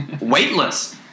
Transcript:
weightless